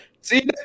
See